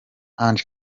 ange